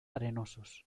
arenosos